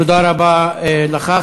תודה רבה לך.